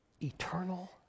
Eternal